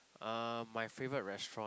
uh my favorite restaurant